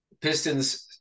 Pistons